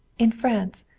in france.